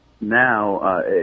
now